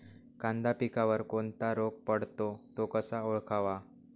कांदा पिकावर कोणता रोग पडतो? तो कसा ओळखावा?